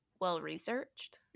well-researched